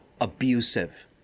abusive